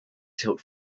tilt